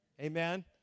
Amen